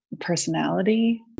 personality